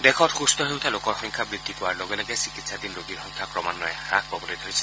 দেশত সুম্থ হৈ উঠা লোকৰ সংখ্যা বৃদ্ধি পোৱাৰ লগে লগে কোৱিড ৰোগীৰ সংখ্যা ক্ৰমান্বয়ে হাস পাবলৈ ধৰিছে